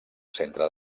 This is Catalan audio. centre